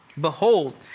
behold